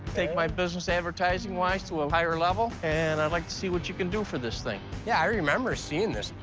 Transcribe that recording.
take my business, advertising-wise, to a higher level, and i'd like to see what you can do for this thing. yeah, i remember seeing this.